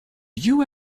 you